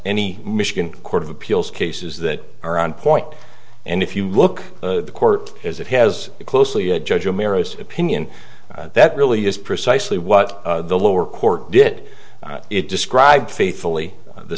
any michigan court of appeals cases that are on point and if you look at the court as it has closely a judge romero's opinion that really is precisely what the lower court did it described faithfully the